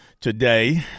today